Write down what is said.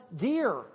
dear